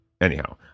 Anyhow